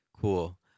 Cool